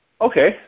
Okay